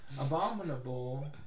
Abominable